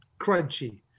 crunchy